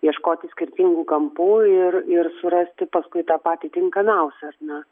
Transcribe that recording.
ieškoti skirtingų kampų ir ir surasti paskui tą patį tinkamiausią ar ne